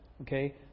okay